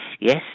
Yes